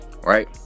right